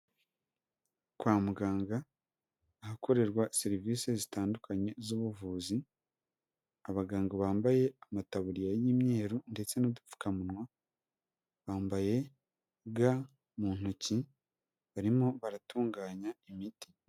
Kwa muganga ahakorerwa serivisi zitandukanye z'ubuvuzi, abaganga bambaye amataburiya y'imyeru ndetse n'udupfukamunwa, bambaye ga mu ntoki barimo baratunganya imiti.